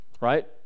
right